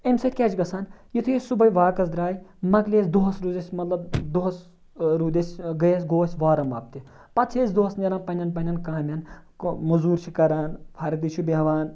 امہِ سۭتۍ کیٛاہ چھِ گژھان یُتھُے أسۍ صُبحٲے واکَس درٛاے مَکلے أسۍ دۄہَس روٗز اَسہِ مطلب دۄہَس روٗدۍ أسۍ گٔے اَسہِ گوٚو اَسہِ وارٕم اَپ تہِ پَتہٕ چھِ أسۍ دۄہَس نیران پنٛنٮ۪ن پنٛنٮ۪ن کامٮ۪ن کۄ مٔزوٗرۍ چھِ کَران فردٕ چھُ بیٚہوان